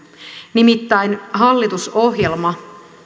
nimittäin hallitusohjelma